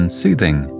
soothing